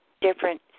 different